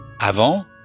Avant